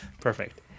Perfect